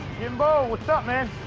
jimbo! what's up, man?